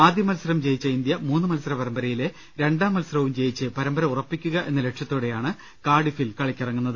ആദ്യമത്സരം ജയിച്ച ഇന്ത്യ മൂന്നു മത്സരപരമ്പരയിലെ രണ്ടാം മത്സരവും ജയിച്ച് പരമ്പര ഉറപ്പിക്കുക എന്ന ലക്ഷ്യത്തോടെയാണ് കാർഡിഫിൽ കളിക്കിറങ്ങുന്നത്